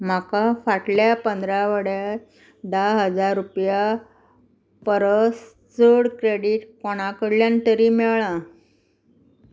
म्हाका फाटल्या पंदरा वड्यार धा हजार रुपया परस चड क्रॅडीट कोणा कडल्यान तरी मेळ्ळां